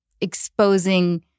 exposing